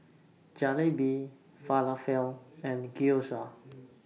Jalebi Falafel and Gyoza